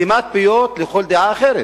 סתימת פיות לכל דעה אחרת.